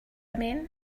mean